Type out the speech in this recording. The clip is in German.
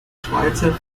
schweizer